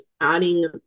adding